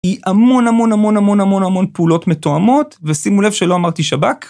היא המון המון המון המון המון פעולות מתואמות, ושימו לב שלא אמרתי שב"כ.